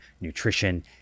nutrition